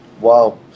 Wow